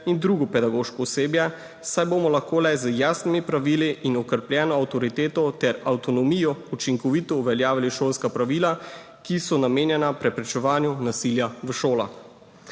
in drugo pedagoško osebje, saj bomo lahko le z jasnimi pravili in okrepljeno avtoriteto ter avtonomijo učinkovito uveljavili šolska pravila, ki so namenjena preprečevanju nasilja v šolah.